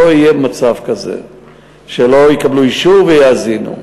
לא יהיה מצב כזה שלא יקבלו אישור ויאזינו.